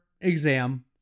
exam